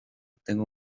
tengo